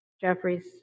Jeffries